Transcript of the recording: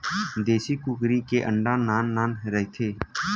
देसी कुकरी के अंडा नान नान रहिथे